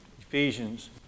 Ephesians